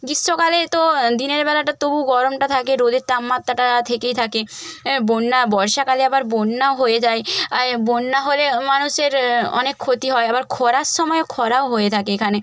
গ্রীষ্মকালে তো দিনেরবেলাটা তবু গরমটা থাকে রোদের তাপমাত্রাটা থেকেই থাকে বন্যা বর্ষাকালে আবার বন্যাও হয়ে যায় আয় বন্যা হলে মানুষের অনেক ক্ষতি হয় আবার ক্ষরার সময় ক্ষরাও হয়ে থাকে এখানে